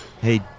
Hey